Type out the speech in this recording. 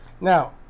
Now